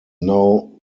now